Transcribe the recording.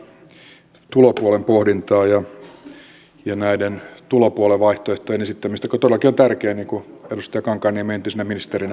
jatkan tätä tulopuolen pohdintaa ja näiden tulopuolen vaihtoehtojen esittämistä mikä todellakin on tärkeää niin kuin edustaja kankaanniemi entisenä ministerinä hyvin tietää